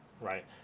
Right